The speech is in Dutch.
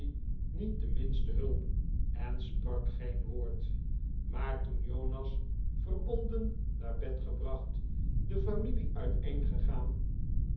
niet de minste hulp en sprak geen woord maar toen jonas verbonden naar bed gebracht de familie